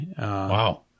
Wow